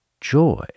joy